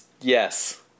yes